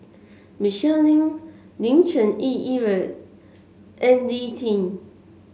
Michelle Lim Lim Cherng Yih and Lee Tjin